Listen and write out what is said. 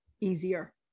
easier